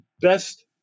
best